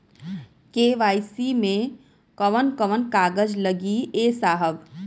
KYC मे कवन कवन कागज लगी ए साहब?